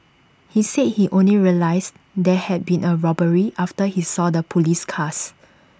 he said he only realised there had been A robbery after he saw the Police cars